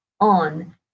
on